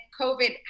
COVID